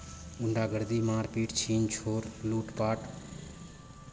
गुण्डागर्दी मारपीट छीन छोड़ लूटपाट